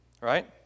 right